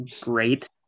great